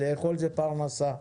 ולאכול זה פרנסה.